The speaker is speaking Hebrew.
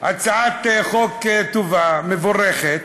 הצעת חוק טובה, מבורכת,